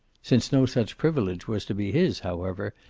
since no such privilege was to be his, however,